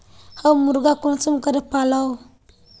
हम मुर्गा कुंसम करे पालव?